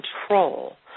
control